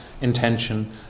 intention